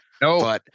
No